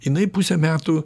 jinai pusę metų